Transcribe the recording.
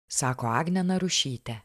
sako agnė narušytė